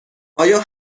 آیا